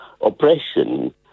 oppression